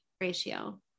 ratio